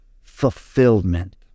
fulfillment